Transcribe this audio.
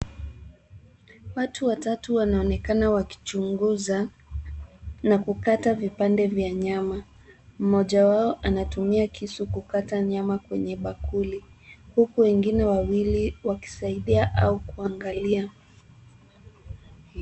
Watu watatu wanaonekana wakichunguza na kukata vipande vya nyama. Mmoja wao anatumia kisu kukata nyama kwenye bakuli huku wengine wawili wakisaidia au kuangalia.